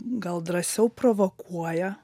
gal drąsiau provokuoja